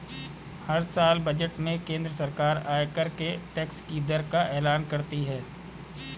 हर साल बजट में केंद्र सरकार आयकर के टैक्स की दर का एलान करती है